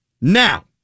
Now